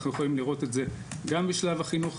אנחנו יכולים לראות את זה גם בשלב החינוך